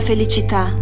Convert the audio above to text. felicità